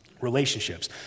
Relationships